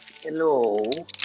Hello